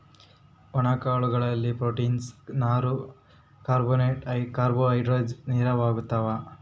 ಒಣ ಕಾಳು ಗಳಲ್ಲಿ ಪ್ರೋಟೀನ್ಸ್, ನಾರು, ಕಾರ್ಬೋ ಹೈಡ್ರೇಡ್ ಹೇರಳವಾಗಿರ್ತಾವ